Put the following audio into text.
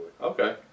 Okay